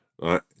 right